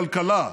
כנשמה אחת גדולה,